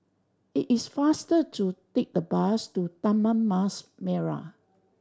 it is faster to take the bus to Taman Mas Merah